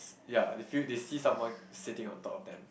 ya they feel they see someone sitting on the top of them